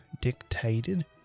dictated